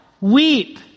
Weep